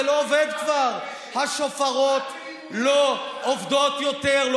זה לא עובד כבר, השופרות לא עובדים יותר.